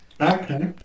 Okay